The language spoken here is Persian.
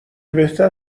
بهتر